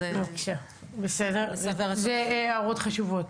אז --- אלה הערות חשובות.